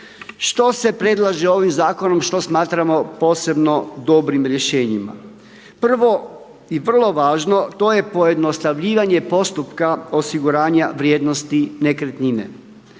Što se predlaže ovim zakonom što smatramo posebno dobrim rješenjima? Prvo i vrlo važno to je pojednostavljivanje postupka osiguranja vrijednosti nekretnine